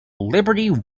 liberty